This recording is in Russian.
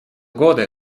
годы